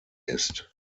ist